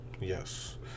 yes